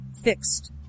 fixed